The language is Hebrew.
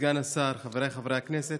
סגן השר, חבריי חברי הכנסת,